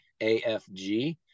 AFG